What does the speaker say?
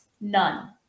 none